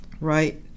right